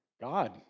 God